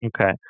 Okay